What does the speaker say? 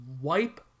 wipe